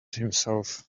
himself